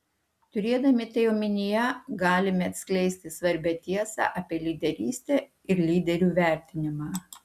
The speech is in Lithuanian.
turėdami tai omenyje galime atskleisti svarbią tiesą apie lyderystę ir lyderių vertinimą